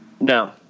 No